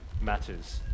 matters